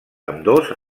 ambdós